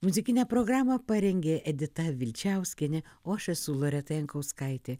muzikinę programą parengė edita vilčiauskienė o aš esu loreta jankauskaitė